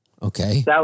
Okay